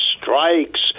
strikes